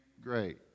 great